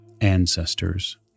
ancestors